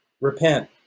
repent